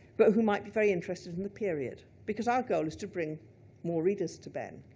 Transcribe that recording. but who might be very interested in the period. because our goal is to bring more readers to behn.